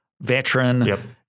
veteran